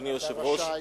אדוני היושב-ראש,